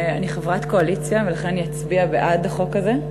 אני חברת קואליציה ולכן אני אצביע בעד החוק הזה,